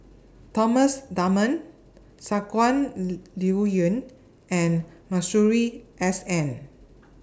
Thomas Dunman Shangguan Liuyun and Masuri S N